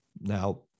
Now